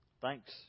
Thanks